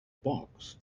box